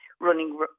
running